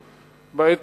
בעת החדשה.